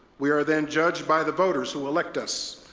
we are then judged by the voters who elect us,